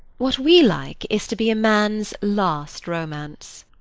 what we like is to be a man's last romance.